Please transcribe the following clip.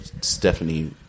Stephanie